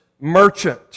merchant